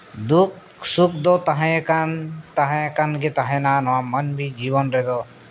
ᱫᱩᱠᱼᱥᱩᱠ ᱫᱚ ᱛᱟᱦᱮᱸᱭᱟᱠᱟᱱ ᱛᱟᱦᱮᱸᱭᱟᱠᱟᱱ ᱜᱮ ᱛᱟᱦᱮᱱᱟ ᱱᱚᱣᱟ ᱢᱟᱱᱢᱤ ᱡᱤᱭᱚᱱ ᱨᱮᱫᱚ